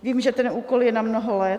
Vím, že ten úkol je na mnoho let.